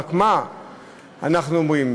רק מה אנחנו אומרים?